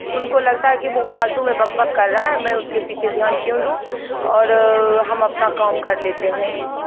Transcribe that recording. उनको लगता है कि वो फालतू में बकबक कर रहा है मैं उसके पीछे ध्यान क्यों दूँ और हम अपना काम कर लेते हैं